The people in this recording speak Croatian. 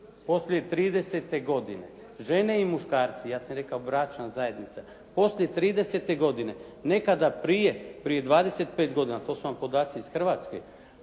Poslije 30-te godine žene i muškarci, ja sam rekao bračna zajednica, poslije 30-te godine, nekada prije, prije 25 godina to su vam podaci iz Hrvatske